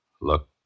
Look